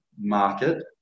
market